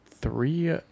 three